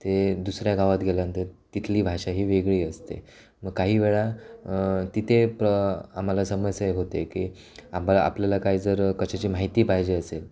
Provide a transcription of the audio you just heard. ते दुसऱ्या गावात गेल्यानंतर तिथली भाषा ही वेगळी असते मग काही वेळा तिथे आम्हाला समस्या होते की बरं आपल्याला काही जर कशाची माहिती पाहिजे असेल